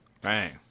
Bang